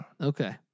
Okay